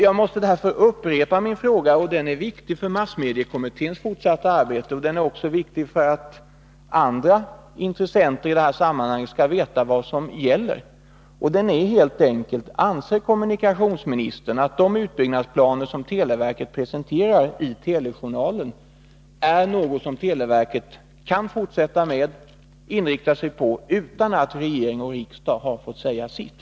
Jag måste därför upprepa min fråga, som är viktig för massmediekommitténs fortsatta arbete och även för att andra intressenter i detta sammanhang skall veta vad som gäller. Den är helt enkelt: Anser kommunikationsministern att de utbyggnadsplaner som televerket presenterar i Telejournalen är något som televerket kan fortsätta att inrikta sig på utan att regering och riksdag får säga sitt?